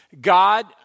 God